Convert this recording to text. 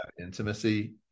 intimacy